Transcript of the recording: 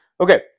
Okay